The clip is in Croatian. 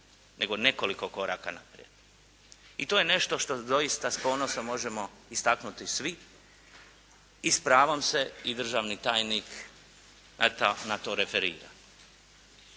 nego nekoliko koraka naprijed. I to je nešto što doista s ponosom možemo istaknuti svi. I s pravom se državni tajnik na to referira.